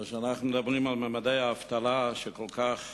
כאשר אנחנו מדברים על ממדי האבטלה, שכל כך